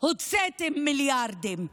הוצאתם מיליארדים.